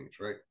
right